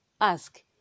ask